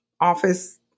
office